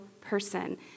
person